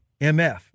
MF